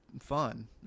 fun